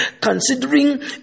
considering